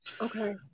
Okay